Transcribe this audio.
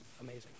amazing